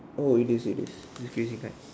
oh it is it is you see inside